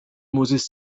moses